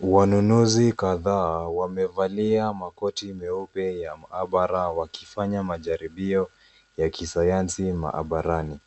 Wanunuzi kadhaa wamevalia makoti meupe ya mahabara wakifanya majaribio ya kisayansi mahabarani